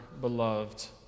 beloved